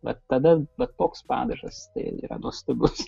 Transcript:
vat tada bet koks padaras tai yra nuostabus